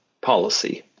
policy